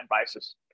basis